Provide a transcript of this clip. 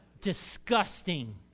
disgusting